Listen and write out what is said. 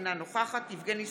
אינה נוכחת יבגני סובה,